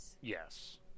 Yes